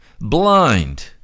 blind